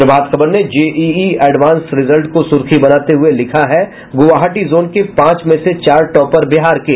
प्रभात खबर ने JEE advance result को सुर्खी बनाते हुये लिखा है गुवहाटी जोन के पांच में से चार टॉपर बिहार के